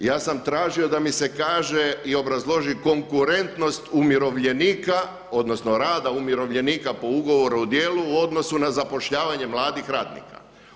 Ja sam tražio da mi se kaže i obrazloži konkurentnost umirovljenika odnosno rada umirovljenika po ugovoru o djelu u odnosu na zapošljavanje mladih radnika.